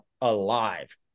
alive